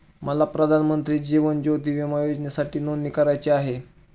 मला प्रधानमंत्री जीवन ज्योती विमा योजनेसाठी नोंदणी करायची आहे